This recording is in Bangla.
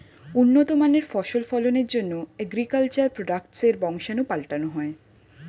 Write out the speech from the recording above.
উন্নত মানের ফসল ফলনের জন্যে অ্যাগ্রিকালচার প্রোডাক্টসের বংশাণু পাল্টানো হয়